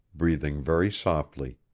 breathing very softly.